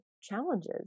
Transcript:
challenges